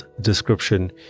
description